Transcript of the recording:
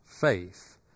faith